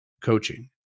coaching